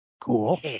Cool